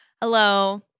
Hello